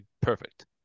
Perfect